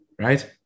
right